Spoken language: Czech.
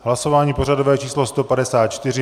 Hlasování pořadové číslo 154.